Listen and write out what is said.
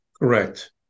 Correct